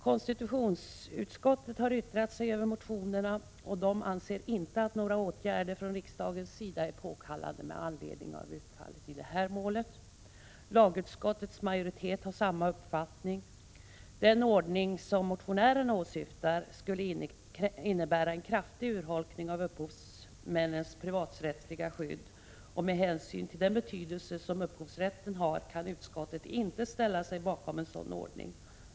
Konstitutionsutskottet har yttrat sig över motionerna och anser inte att några åtgärder från riksdagens sida är påkallade med anledning av utfallet i det här målet. Lagutskottets majoritet har samma uppfattning. Den ordning som motionärerna åsyftar skulle innebära en kraftig urholkning av upphovsmännens privaträttsliga skydd, och med hänsyn till den betydelse som upphovsrätten har kan utskottet inte ställa sig bakom en sådan ordning.